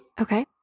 Okay